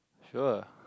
sure